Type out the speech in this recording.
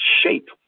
shape